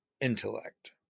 intellect